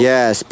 Yes